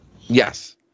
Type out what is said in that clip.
Yes